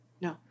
No